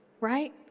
right